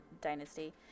dynasty